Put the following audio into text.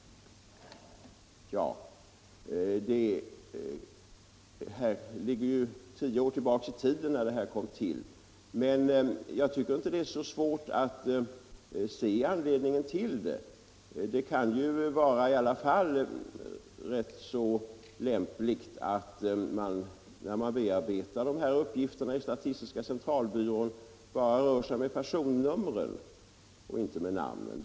Ja, det är ju tio år sedan de här bestämmelserna kom till, men jag tycker inte att det är så svårt att se vad som är anledningen. Det kan ju vara rätt lämpligt att man, när man bearbetar de här uppgifterna i statistiska centralbyrån, bara rör sig med personnumren och inte med namnen.